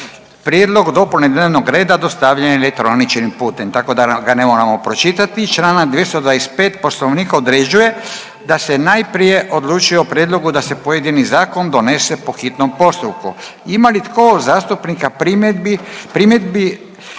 Prijedlog dopune dnevnog reda dostavljen je elektroničkim putem, tako da ga ne moramo pročitati. Čl. 225. Poslovnika određuje da se najprije odlučuje o prijedlogu da se pojedini zakon donese po hitnom postupku. Ima li tko od zastupnika primjedbi,